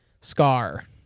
Scar